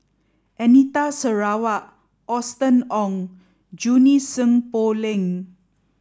Anita Sarawak Austen Ong Junie Sng Poh Leng